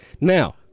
Now